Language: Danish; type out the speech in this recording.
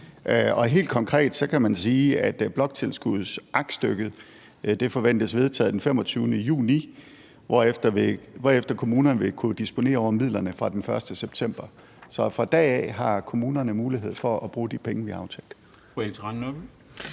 Helt konkret kan man sige, at bloktilskudsaktstykket forventes vedtaget den 25. juni, hvorefter kommunerne vil kunne disponere over midlerne fra den 1. september. Så fra da af har kommunerne mulighed for at bruge de penge, vi har aftalt.